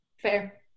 Fair